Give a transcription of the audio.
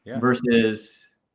versus